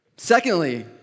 Secondly